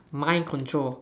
mind control